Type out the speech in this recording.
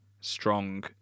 strong